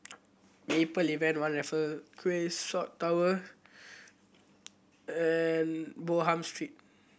Maple One Raffle Quay South Tower and Bonham Street